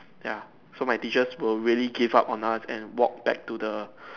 ya so my teachers will really give up on us and walk back to the